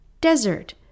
desert